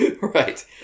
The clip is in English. Right